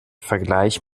vergleich